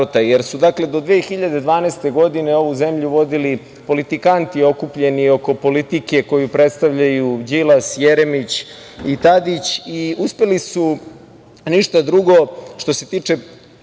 Dakle, do 2012. godine ovu zemlju su vodili politikanti okupljeni oko politike koju predstavljaju Đilas, Jeremić i Tadić i uspeli su ništa drugo što se tiče